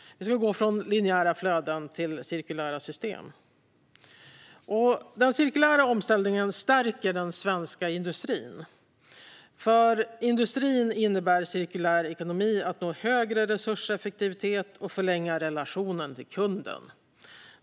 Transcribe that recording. Vi ska gå från linjära flöden till cirkulära system. Den cirkulära omställningen stärker den svenska industrin. För industrin innebär cirkulär ekonomi att nå högre resurseffektivitet och förlänga relationen till kunden.